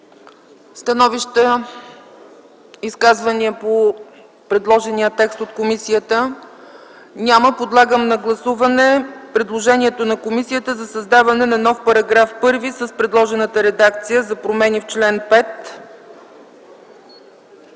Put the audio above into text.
за изказвания по предложения текст от комисията? Няма. Подлагам на гласуване предложението на комисията за създаване на нов § 1 с предложената редакция за промени в чл. 5.